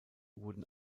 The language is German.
wurden